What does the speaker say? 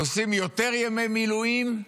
עושים יותר ימי מילואים.